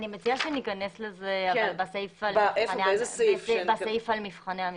אני מציעה שניכנס לזה, אבל בסעיף של מבחני המיון.